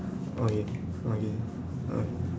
okay okay okay